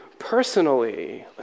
personally